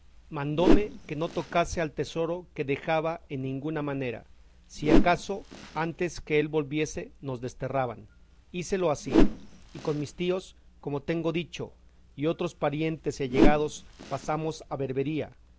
mandóme que no tocase al tesoro que dejaba en ninguna manera si acaso antes que él volviese nos desterraban hícelo así y con mis tíos como tengo dicho y otros parientes y allegados pasamos a berbería